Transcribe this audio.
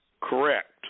correct